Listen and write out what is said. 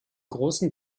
großen